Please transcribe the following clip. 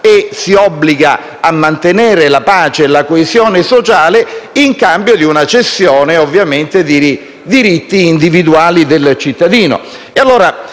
e si obbliga a mantenere la pace e la coesione sociale, in cambio di una cessione di diritti individuali del cittadino.